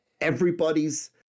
Everybody's